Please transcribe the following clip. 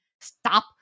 stop